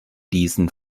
diesen